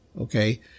Okay